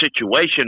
situation